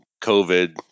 COVID